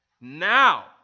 now